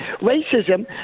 racism